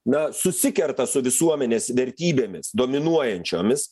na susikerta su visuomenės vertybėmis dominuojančiomis